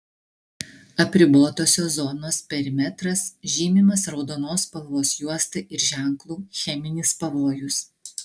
apribotosios zonos perimetras žymimas raudonos spalvos juosta ir ženklu cheminis pavojus